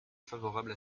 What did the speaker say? favorable